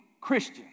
Christian